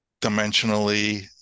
dimensionally